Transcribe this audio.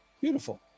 Beautiful